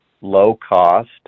low-cost